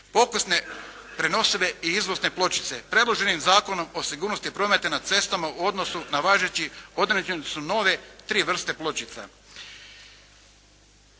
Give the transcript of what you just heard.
Pokusne, prenosive i izvozne pločice predloženim Zakonom o sigurnosti prometa na cestama u odnosu na važeći određene su nove tri vrste pločica.